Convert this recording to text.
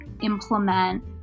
implement